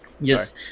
Yes